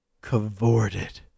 Cavorted